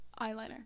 eyeliner